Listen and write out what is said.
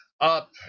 up